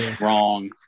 Wrong